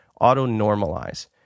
auto-normalize